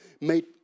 made